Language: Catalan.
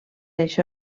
això